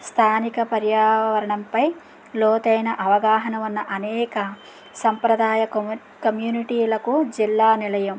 స్థానిక పర్యావరణం పై లోతైన అవగాహన ఉన్న అనేక సంప్రదాయ కమ్యూ కమ్యూనిటీలకు జిల్లా నిలయం